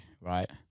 right